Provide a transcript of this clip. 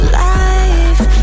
life